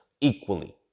Equally